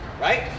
right